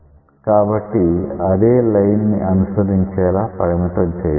కాబట్టి అదే లైన్ ని అనుసరించేలా పరిమితం చేయబడింది